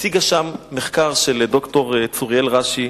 והציגה שם מחקר של ד"ר צוריאל ראשי,